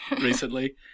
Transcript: recently